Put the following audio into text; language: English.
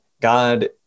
God